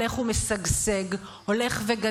הולך ומשגשג,